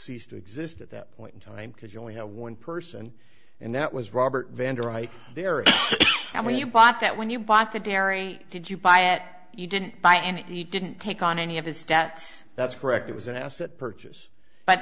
cease to exist at that point in time because you only have one person and that was robert vendor right there and when you bought that when you bought the dairy did you buy at you didn't buy any you didn't take on any of his stats that's correct it was an asset purchase but